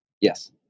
Yes